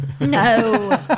No